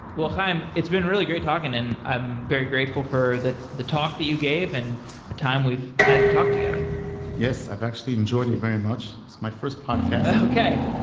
well chaim, it's been really great talking and i'm very grateful for the the talk that you gave and a time we've had to talk together yes. i've actually enjoyed it very much. it's my first podcast okay.